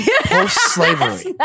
post-slavery